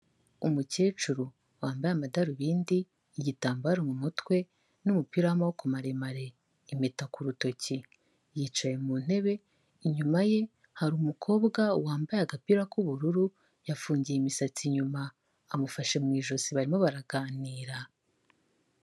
Umukecuru wambaye amadarubindi, igitambaro mu mutwe n'umupira w'amaboko maremare, impeta ku rutoki, yicaye mu ntebe, inyuma ye hari umukobwa wambaye agapira k'ubururu yafungiye imisatsi inyuma, amufashe mu ijosi barimo baraganira.